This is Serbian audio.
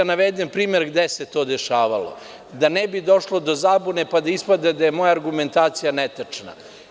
Navešću primer gde se to dešavalo da ne bi došlo do zabune, pa da ispadne da je moja argumentacija netačna.